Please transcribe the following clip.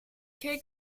key